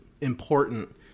important